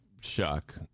shock